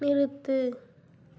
நிறுத்து